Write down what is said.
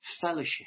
fellowship